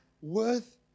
worth